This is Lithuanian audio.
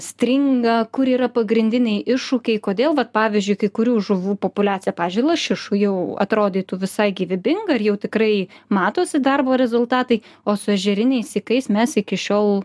stringa kur yra pagrindiniai iššūkiai kodėl vat pavyzdžiui kai kurių žuvų populiacija pavyzdžiui lašišų jau atrodytų visai gyvybinga ir jau tikrai matosi darbo rezultatai o su ežeriniais įkais mes iki šiol